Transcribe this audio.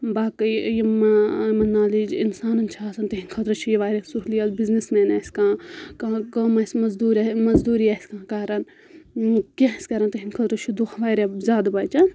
باقٕے یِمن نالیج اِنسانَن چھِ آسان تِہنٛدِ خٲطرٕ چھِ یہِ واریاہ سہوٗلیت بِزنؠس مین آسہِ کانٛہہ کانٛہہ کٲم آسہِ مزدوٗری آسہِ مزدوٗری آسہِ کانٛہہ کَران کینٛہہ آسہِ کَران تِہٕنٛدِ خٲطرٕ چھُ دۄہ واریاہ زیادٕ بَچَان